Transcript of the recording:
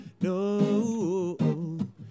no